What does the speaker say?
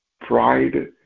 pride